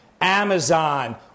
Amazon